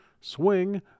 Swing